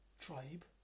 tribe